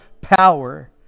power